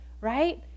right